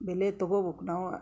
ಬೆಲೆ ತಗೊಬೇಕು ನಾವು